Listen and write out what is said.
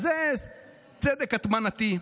אז זה צדק הטמנתי,